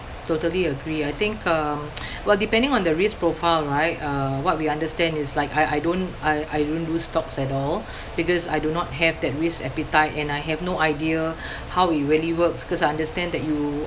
totally agree I think um well depending on the risk profile right uh what we understand is like I I don't I I don't do stocks at all because I do not have that risk appetite and I have no idea how it really works because I understand that you